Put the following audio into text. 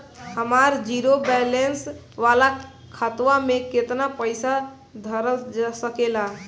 हमार zero balance वाला खतवा म केतना पईसा धरा सकेला?